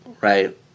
right